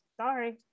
Sorry